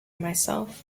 myself